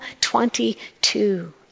22